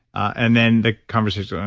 and then the conversation.